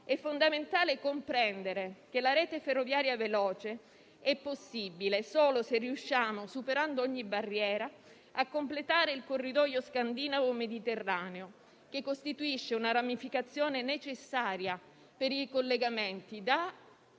È fondamentale comprendere che la rete ferroviaria veloce è possibile solo se, superando ogni barriera, riusciamo a completare il corridoio scandinavo-mediterraneo, che costituisce una ramificazione necessaria per i collegamenti da